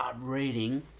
reading